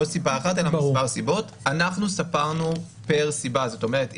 אנחנו ספרנו פר סיבה זאת אומרת,